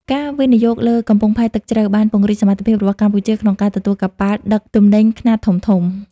ការវិនិយោគលើកំពង់ផែទឹកជ្រៅ បានពង្រីកសមត្ថភាពរបស់កម្ពុជាក្នុងការទទួលកប៉ាល់ដឹកទំនិញខ្នាតធំៗ។